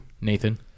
Nathan